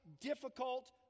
difficult